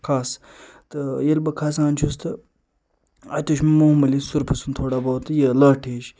کھَس تہٕ ییٚلہِ بہٕ کھسان چھُس تہٕ اَتہِ وٕچھ مےٚ معموٗلی سۄرپہٕ سُنٛد تھوڑا بہت یہ لٔٹ ہِش